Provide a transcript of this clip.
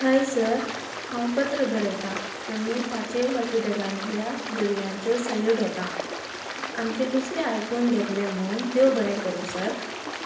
हय सर हांव पत्र बरयतां आनी ताचेर हॉस्पिटलांतल्या भुरग्यांच्यो सयो घेतां आमचे हुस्के आयकून घेतले म्हूण देव बरें करूं सर